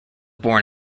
born